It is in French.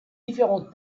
différentes